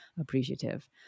appreciative